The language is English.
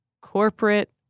corporate